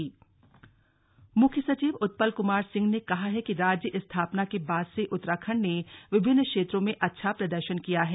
बैठक देहरादून मुख्य सचिव उत्पल कुमार सिंह ने कहा है कि राज्य स्थापना के बाद से उत्तराखण्ड ने विभिन्न क्षेत्रों में अच्छा प्रदर्शन किया है